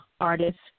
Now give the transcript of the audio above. artists